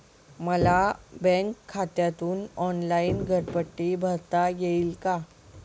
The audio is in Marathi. मला बँक खात्यातून ऑनलाइन घरपट्टी भरता येईल का?